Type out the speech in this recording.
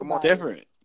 different